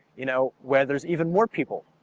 you know where there's even more people.